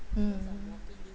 mm mm